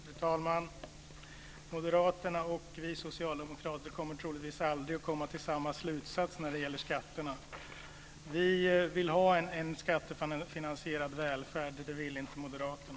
Fru talman! Moderaterna och vi socialdemokrater kommer troligtvis aldrig att komma till samma slutsats när det gäller skatterna. Vi vill ha en skattefinansierad välfärd, och det vill inte moderaterna.